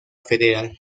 federal